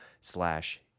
slash